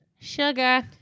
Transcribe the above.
Sugar